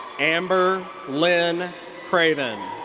amber lynn craven.